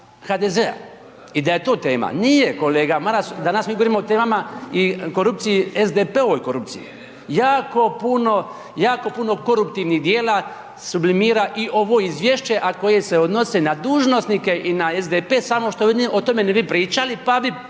HDZ-a i da je to tema. Nije kolega Maras, danas mi govorimo o temama i o korupciji, SDP-ovoj korupciji. Jako puno koruptivnih dijela sublimira i ovo izvješće a koje se odnosi na dužnosnike i na SDP samo što vi o tome ne bi pričali, pa bi